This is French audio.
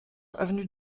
avenue